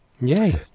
Yay